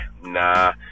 nah